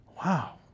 wow